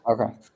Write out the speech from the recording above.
Okay